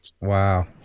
Wow